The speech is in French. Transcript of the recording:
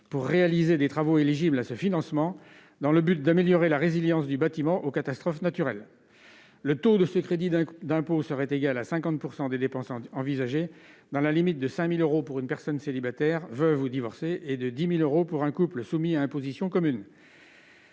pour réaliser des travaux éligibles à ce financement, afin d'améliorer la résilience du bâti aux effets des catastrophes naturelles. Le taux de ce crédit d'impôt serait égal à 50 % des dépenses engagées, dans la limite de 5 000 euros pour une personne célibataire, veuve ou divorcée et de 10 000 euros pour un couple soumis à imposition commune.